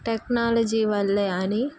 technology వల్లే అని